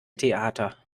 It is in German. theater